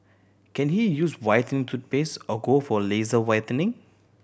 can he use whitening toothpaste or go for laser whitening